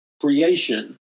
creation